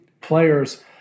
players